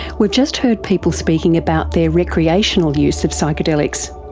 we've just heard people speaking about their recreational use of psychedelics.